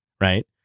right